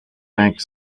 bank